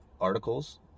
articles